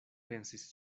pensis